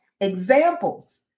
examples